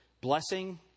Blessing